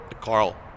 Carl